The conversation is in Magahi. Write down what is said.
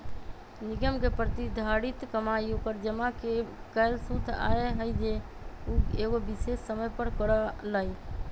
निगम के प्रतिधारित कमाई ओकर जमा कैल शुद्ध आय हई जे उ एगो विशेष समय पर करअ लई